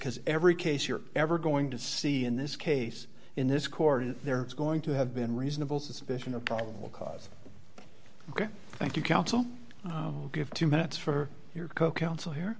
because every case you're ever going to see in this case in this court if there is going to have been reasonable suspicion of probable cause ok thank you counsel give two minutes for your co counsel here